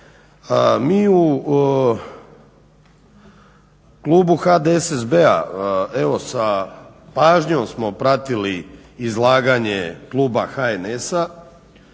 Mi u klubu HDSSB-a evo sa pažnjom smo pratili izlaganje kluba HNS-a